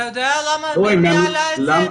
אתה יודע למה בית הדין העלה את זה,